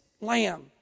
lamb